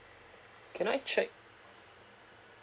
can I check